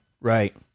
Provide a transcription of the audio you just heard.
Right